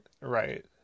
right